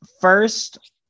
first